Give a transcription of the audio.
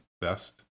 best